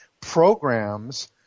programs